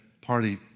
Party